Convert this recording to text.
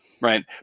Right